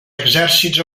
exèrcits